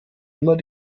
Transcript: immer